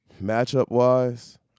matchup-wise